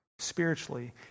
spiritually